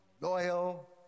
loyal